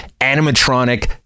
animatronic